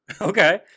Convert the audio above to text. Okay